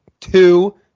two